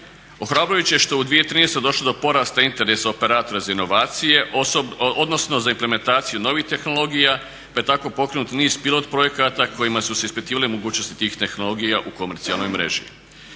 Ohrabrujuće je što u 2013. je došlo do porasta internetskog operatora za inovacije, odnosno za implementaciju novih tehnologija pa je tako pokrenut niz pilot-projekata kojima su se ispitivale mogućnosti tih tehnologija u komercijalnoj mreži.